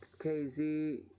KZ